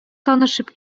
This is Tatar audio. танышып